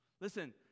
Listen